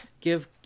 give